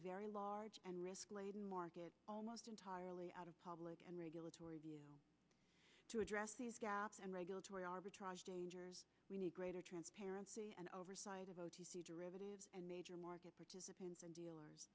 a very large and risk laden market almost entirely out of public and regulatory view to address these gaps and regulatory arbitrage dangers we need greater transparency and oversight of o t c derivatives and major market participants and dealers